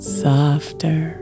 softer